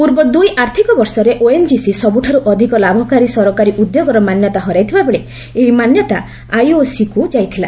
ପୂର୍ବ ଦୁଇ ଆର୍ଥକବର୍ଷରେ ଓଏନଜିସି ସବୁଠାରୁ ଅଧିକ ଲାଭକାରୀ ସରକାରୀ ଉଦ୍ୟୋଗର ମାନ୍ୟତା ହରାଇଥିବାବେଳେ ଏହି ମାନ୍ୟତା ଆଇଓସି କୁ ଯାଇଥିଲା